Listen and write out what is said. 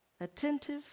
attentive